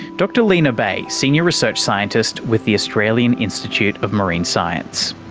dr line bay, senior research scientist with the australian institute of marine science